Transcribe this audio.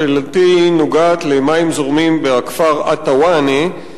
שאלתי נוגעת למים זורמים בכפר א-תוואנה.